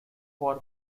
for